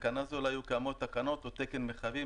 לתקנה זו לא היו כאמור תקנות או תקן מחייבים,